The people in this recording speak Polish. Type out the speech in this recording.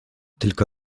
tylko